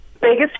Biggest